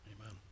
amen